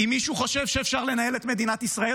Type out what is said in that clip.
אם מישהו חושב שאפשר לנהל את מדינת ישראל,